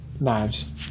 knives